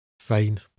Fine